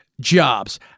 jobs